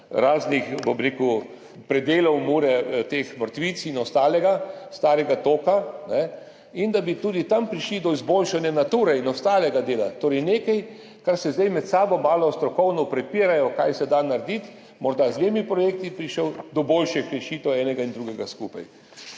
raznih, bom rekel, predelov Mure, teh mrtvic in ostalega starega toka, da bi tudi tam prišli do izboljšanja Nature in ostalega dela. Torej nekaj, o čemer se zdaj med sabo malo strokovno prepirajo, kaj se da narediti, morda bi z dvema projektoma prišli do boljših rešitev, enim in drugim skupaj.